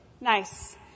nice